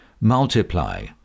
multiply